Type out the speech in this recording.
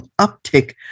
uptick